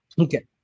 Okay